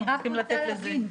אני רק רוצה להבין,